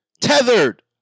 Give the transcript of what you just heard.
tethered